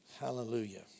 Hallelujah